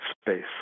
space